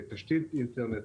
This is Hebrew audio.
תשתית אינטרנט,